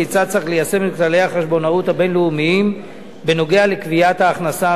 ליישם את כללי החשבונאות הבין-לאומיים בנוגע לקביעת ההכנסה החייבת.